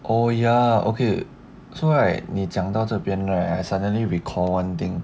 oh ya okay so right 你讲到这边 right I suddenly recall one thing